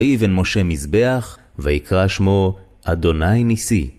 ויבן משה מזבח, ויקרא שמו אדוני ניסי